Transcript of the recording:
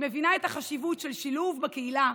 היא מבינה את החשיבות של שילוב בקהילה,